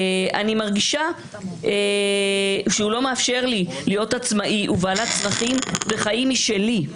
אני מרגישה שהוא לא מאפשר לי להיות עצמאית ובעלת צרכים וחיים משלי.